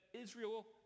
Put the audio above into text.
Israel